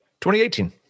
2018